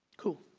cool.